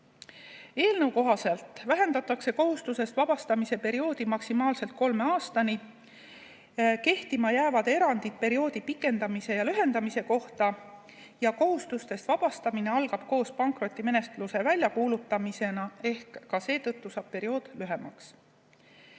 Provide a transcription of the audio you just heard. Eelnõu kohaselt vähendatakse kohustusest vabastamise perioodi maksimaalselt kolme aastani. Kehtima jäävad erandid perioodi pikendamise ja lühendamise kohta. Kohustustest vabastamine algab koos pankrotimenetluse väljakuulutamisega, ka seetõttu hakkab periood lühem